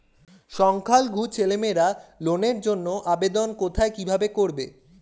সংখ্যালঘু ছেলেমেয়েরা লোনের জন্য আবেদন কোথায় কিভাবে করবে?